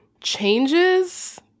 changes